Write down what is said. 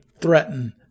threaten